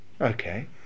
Okay